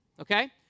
okay